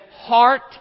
heart